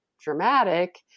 dramatic